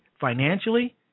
financially